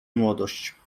młodość